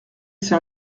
c’est